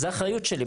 זה אחריות שלי.